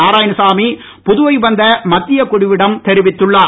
நாராயணசாமி புதுவை வந்துள்ள மத்தியக் குழுவிடம் தெரிவித்துள்ளார்